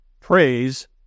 praise